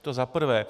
To za prvé.